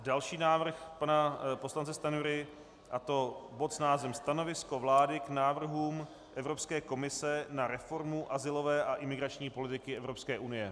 Další návrh pana poslance Stanjury, a to bod s názvem Stanovisko vlády k návrhům Evropské komise na reformu azylové a imigrační politiky Evropské unie.